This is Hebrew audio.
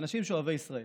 אנשים אוהבי ישראל: